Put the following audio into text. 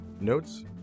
Notes